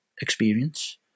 experience